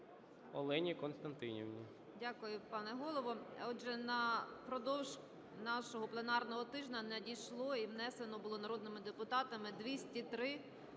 Олені Костянтинівні.